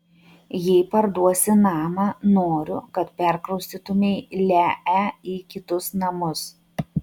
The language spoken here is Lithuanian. jei parduosi namą noriu kad perkraustytumei lee į kitus namus